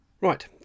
Right